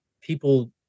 people